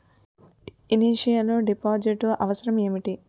Initial deposit అవసరం ఏమిటి?